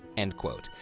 end quote.